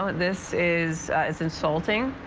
ah this is is insulting.